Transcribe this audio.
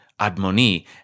Admoni